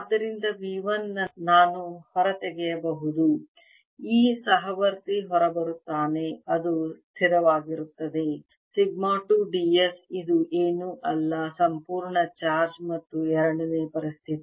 ಆದ್ದರಿಂದ V1 ನಾನು ಹೊರತೆಗೆಯಬಹುದು ಈ ಸಹವರ್ತಿ ಹೊರಬರುತ್ತಾನೆ ಅದು ಸ್ಥಿರವಾಗಿರುತ್ತದೆ ಸಿಗ್ಮಾ 2 d s ಇದು ಏನೂ ಅಲ್ಲ ಸಂಪೂರ್ಣ ಚಾರ್ಜ್ ಮತ್ತು ಎರಡನೇ ಪರಿಸ್ಥಿತಿ